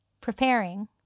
preparing